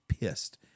pissed